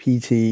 PT